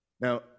Now